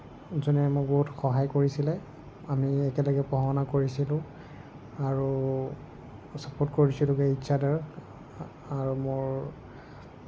যোনে মোক বহুত সহায় কৰিছিলে আমি একেলগে পঢ়া শুনা কৰিছিলোঁ আৰু ছাপৰ্ট কৰিছিলোঁ ইচ্ছ আডাৰক আৰু মোৰ